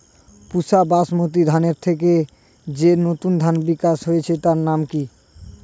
পুসা বাসমতি ধানের থেকে যে নতুন ধানের বিকাশ হয়েছে তার নাম কি?